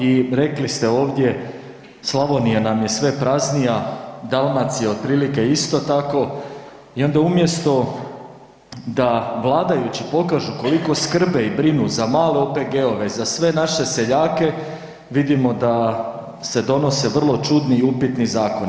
I rekli ste ovdje, Slavonija nam je sve praznija, Dalmacija otprilike isto tako i onda umjesto da vladajući pokažu koliko skrbe i brinu za male OPG-ove, za sve naše seljake vidimo da se donose vrlo čudni i upitni zakoni.